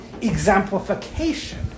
exemplification